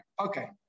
Okay